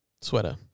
sweater